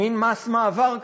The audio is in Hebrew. מין מס מעבר כזה.